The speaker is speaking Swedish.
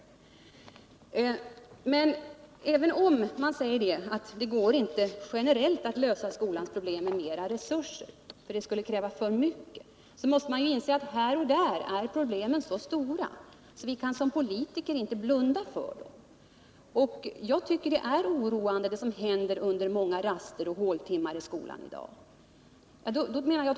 Men även om man säger att det inte går att generellt lösa skolans problem med mera resurser, så måste man inse att här och där är problemen så stora att vi som politiker inte kan blunda för dem. Jag tycker att det som händer under många raster och håltimmar i skolan i dag är oroande.